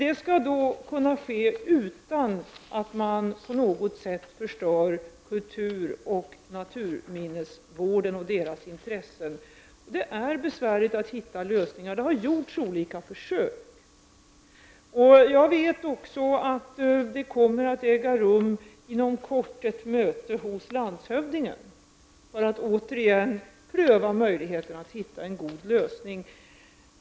Detta bör kunna ske utan att man förstör kulturoch naturminnesvårdens intressen. Det är besvärligt att hitta en lösning. Det har gjorts olika försök. Jag vet att det inom kort kommer att äga rum ett möte hos landshövdingen för att återigen försöka hitta en god lösning.